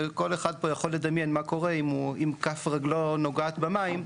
וכל אחד פה יכול לדמיין מה קורה אם כף רגלו נוגעת במים,